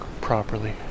properly